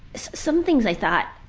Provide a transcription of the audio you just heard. some things i thought,